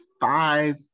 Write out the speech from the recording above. five